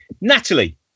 Natalie